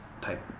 type